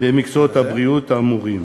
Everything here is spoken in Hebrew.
במקצועות הבריאות האמורים